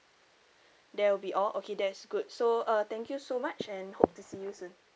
that will be all okay that's good so uh thank you so much and hope to see you soon